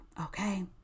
okay